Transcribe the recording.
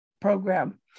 program